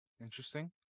interesting